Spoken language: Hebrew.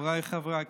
חבריי חברי הכנסת,